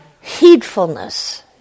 heedfulness